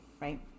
right